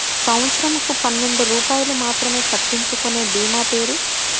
సంవత్సరంకు పన్నెండు రూపాయలు మాత్రమే కట్టించుకొనే భీమా పేరు?